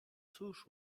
cóż